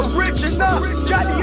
Original